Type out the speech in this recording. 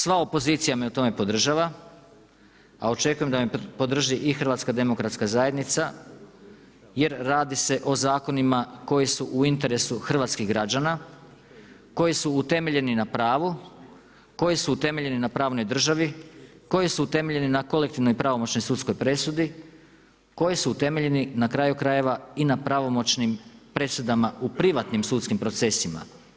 Sva opozicija me u tome podržava, a očekujem da me podrži i HDZ jer radi se o zakonima koji su u interesu hrvatskih građana, koji su utemeljeni na pravu, koji su utemeljeni na pravnoj državi, koji su utemeljeni na kolektivnoj pravomoćnoj sudskoj presudi, koji su utemeljeni na kraju krajeva i na pravomoćnim presudama u privatnim sudskim procesima.